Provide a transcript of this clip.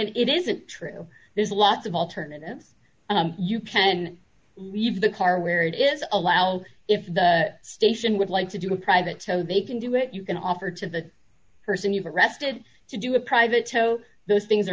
n it isn't true there's lots of alternatives you can review the car where it is allowed if the station would like to do a private so they can do it you can offer to the person you've arrested to do a private tow those things are